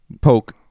poke